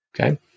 Okay